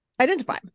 identify